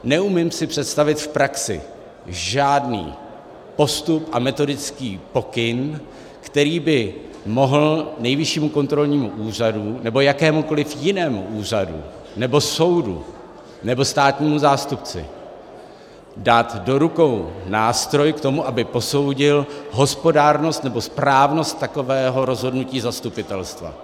Neumím si představit v praxi žádný postup a metodický pokyn, který by mohl Nejvyššímu kontrolnímu úřadu nebo jakémukoliv jinému úřadu nebo soudu nebo státnímu zástupci dát do rukou nástroj k tomu, aby posoudil hospodárnost nebo správnost takového rozhodnutí zastupitelstva.